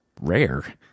rare